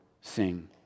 sing